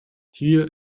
trier